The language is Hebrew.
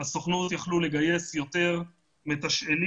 והסוכנות יכלה לגייס יותר מתשאלים,